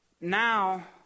now